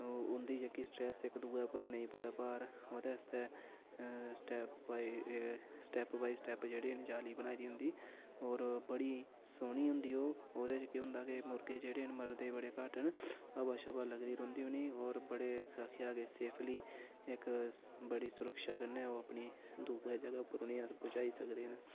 उं'दी जेह्की स्ट्रेस इक दुए उप्पर नेईं पोए भार ओह्दे आस्तै step by step by step जेह्ड़े न जाली बनाई दी होंदी होर बड़ी सौह्नी होंदी ओह् ओह्दे च केह् होंदा के मुर्गे जेह्ड़े न मरदे घट्ट न हवा शवा लगदी रौंह्दी उ'नेंगी होर बड़े आखेआ के सेफली इक बड़ी सुरक्षा कन्नै ओह् अपनी दुए जगह उप्पर उ'नेंगी अस पजाई सकदे न